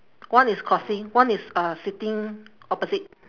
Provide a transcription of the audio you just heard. one is crossing one is uh sitting opposite